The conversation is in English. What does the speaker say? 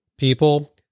People